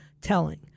telling